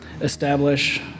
establish